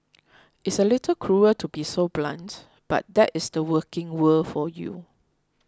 it's a little cruel to be so blunt but that is the working world for you